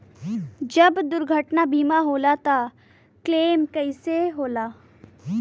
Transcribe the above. जब दुर्घटना बीमा होला त क्लेम कईसे होला?